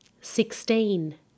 sixteen